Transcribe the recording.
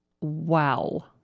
Wow